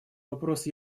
вопрос